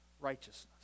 righteousness